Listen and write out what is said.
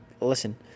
listen